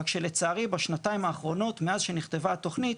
רק שלצערי, בשנתיים האחרונות, מאז שנכתבה התוכנית,